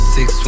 Six